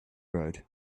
road